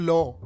Law